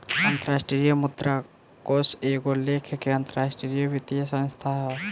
अंतरराष्ट्रीय मुद्रा कोष एगो लेखा के अंतरराष्ट्रीय वित्तीय संस्थान ह